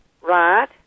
Right